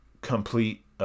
Complete